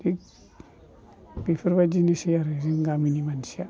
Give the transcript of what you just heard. थिख बिफोरबायदिनोसै आरो जों गामिनि मानसिया